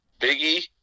Biggie